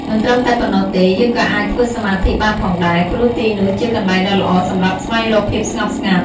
មិនត្រឹមតែប៉ុណ្ណោះទេយើងក៏អាចធ្វើសមាធិបានផងដែរ ព្រោះទីនោះជាកន្លែងដ៏ល្អសម្រាប់ស្វែងរកភាពស្ងប់ស្ងាត់ ។